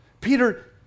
Peter